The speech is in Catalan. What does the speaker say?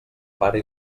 pare